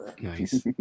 Nice